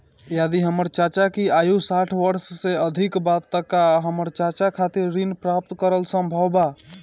यदि हमर चाचा की आयु साठ वर्ष से अधिक बा त का हमर चाचा खातिर ऋण प्राप्त करल संभव बा